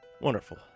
Wonderful